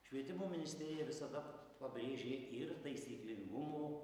švietimo ministerija visada pabrėžė ir taisyklingumo